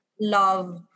love